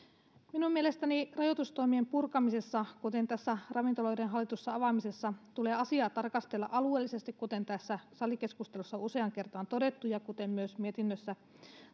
minun mielestäni rajoitustoimien purkamisessa kuten tässä ravintoloiden hallitussa avaamisessa tulee asiaa tarkastella alueellisesti kuten tässä salikeskustelussa on useaan kertaan todettu ja kuten myös mietinnössä